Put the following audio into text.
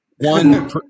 One